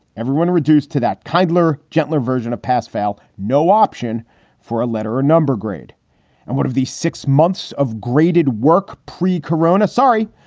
everyone reduced to that kinder, gentler version of pass fail. no option for a letter, ah no grade and one of the six months of graded work pre korona sorry,